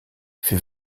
fait